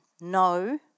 no